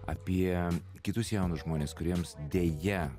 apie kitus jaunus žmones kuriems deja